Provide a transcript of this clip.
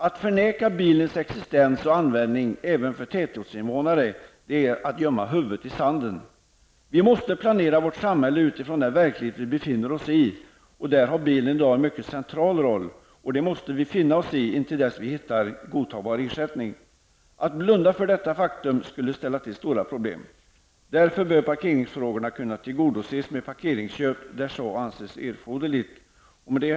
Att förneka bilens existens och användning även för tätortsinvånarna är att gömma huvudet i sanden. Vi måste planera vårt samhälle med hänsyn till den verklighet som vi befinner oss i, och där har bilen i dag en mycket central roll. Det måste vi finna oss i intill dess vi hittar en godtagbar ersättning. Att blunda för detta faktum skulle ställa till stora problem. Därför bör parkeringsfrågorna kunna lösas genom parkeringsköp där så anses erforderligt. Herr talman!